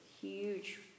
huge